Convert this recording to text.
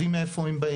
יודעים מאיפה הם באים,